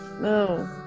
No